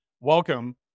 Welcome